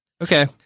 Okay